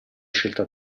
scelta